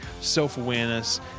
self-awareness